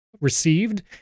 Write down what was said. received